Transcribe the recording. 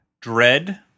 Dread